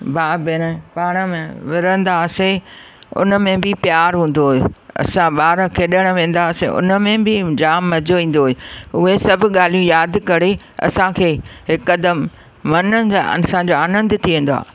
भाउ भेण पाण में विड़ंदासीं उन में बि प्यारु हूंदो हुयो असां ॿार खेॾणु वेंदासीं उन में बि जाम मज़ो ईंदो हुयो उहे सभु ॻाल्हियूं यादि करे असांखे हिकदमि मन जा असांजो आनंदु थी वेंदो आहे